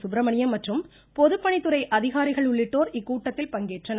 சுப்ரமணியம் மற்றும் பொதுப்பணித்துறை அதிகாரிகள் உள்ளிட்டோர் இக்கூட்டத்தில் பங்கேற்றனர்